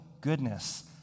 goodness